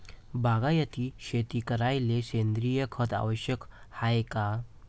बागायती शेती करायले सेंद्रिय खत आवश्यक हाये का?